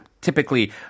typically